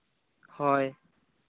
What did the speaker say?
ᱦᱳᱭ